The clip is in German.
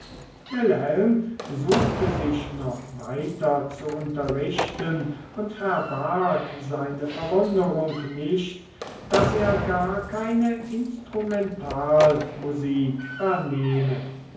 wilhelm suchte sich noch weiter zu unterrichten und verbarg seine verwunderung nicht daß er gar keine instrumentalmusik vernehme